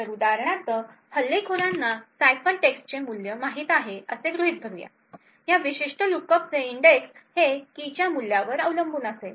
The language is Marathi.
तर उदाहरणार्थ हल्लेखोरांना सायफरटेक्स्ट चे मूल्य माहित आहे असे गृहित धरूया या विशिष्ट लुकअपचे इंडेक्स हे की च्या मूल्यावर अवलंबून असेल